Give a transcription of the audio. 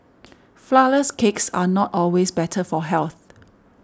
Flourless Cakes are not always better for health